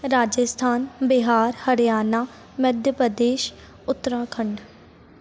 Rajasthan Bihar Haryana Madhya Pradesh Uttarakhand